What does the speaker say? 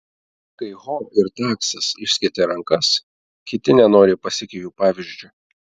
kai ho ir taksas išskėtė rankas kiti nenoriai pasekė jų pavyzdžiu